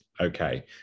Okay